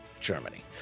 Germany